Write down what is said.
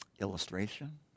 illustration